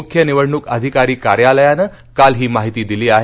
मुख्य निवडणूक अधिकारी कार्यालयानं काल ही माहिती दिली आहे